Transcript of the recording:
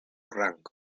rango